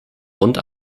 rund